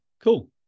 cool